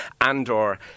Andor